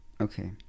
Okay